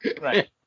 Right